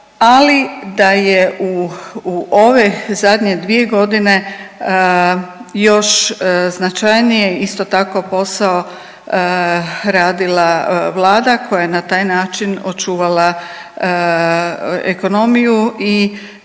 ali da je u ove zadnje dvije godine još značajnije isto tako posao radila Vlada koja je na taj način očuvala ekonomiju i